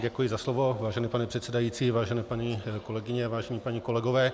Děkuji za slovo, vážený pane předsedající, vážené paní kolegyně, vážení páni kolegové.